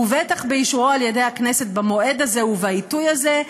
ובטח באישורו על ידי הכנסת במועד הזה ובעיתוי הזה,